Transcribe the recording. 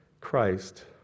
Christ